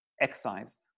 excised